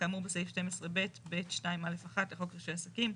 כאמור בסעיף 12(ב)(ב)(2)(א)(1) לחוק רישוי עסקים,